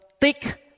thick